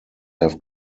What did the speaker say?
have